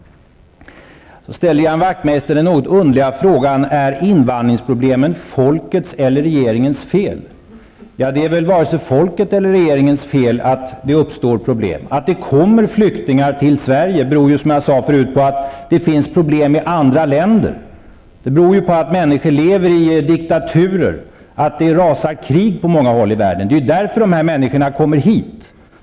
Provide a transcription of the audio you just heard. Så ställde Ian Wachtmeister den något underliga frågan: Är invandringsproblemen folkets eller regeringens fel? Det är väl vare sig folkets eller regeringens fel att det uppstår problem. Att det kommer flyktingar till Sverige beror ju, som jag sade förut, på att det finns problem i andra länder. Det beror på att människor lever i diktaturer och att det rasar krig på många håll i världen. Det är därför de här människorna kommer hit.